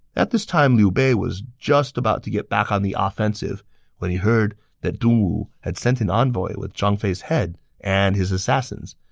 at this time, liu bei was just about get back on the offensive when he heard that dongwu had sent an envoy with zhang fei's head and his assassins.